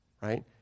right